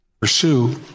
Pursue